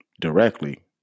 directly